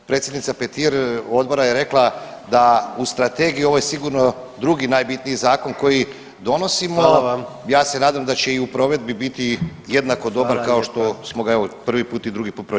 Predsjednica Petir odbora je rekla da u strategiji ovo je sigurno drugi najbitniji zakon koji donosimo i ja se nadam da će i u provedbi biti jednako dobar kao što smo ga evo prvi put i drugi put pročitali.